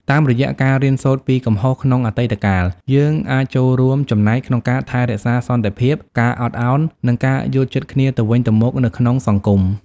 តាមរយៈការរៀនសូត្រពីកំហុសក្នុងអតីតកាល យើងអាចចូលរួមចំណែកក្នុងការថែរក្សាសន្តិភាព ការអត់អោន និងការយល់ចិត្តគ្នាទៅវិញទៅមកនៅក្នុងសង្គម។